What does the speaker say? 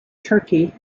turkey